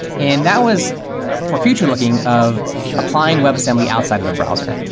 and that was for future looking of applying webassembly outside of the browser.